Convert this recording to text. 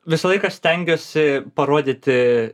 visą laiką stengiuosi parodyti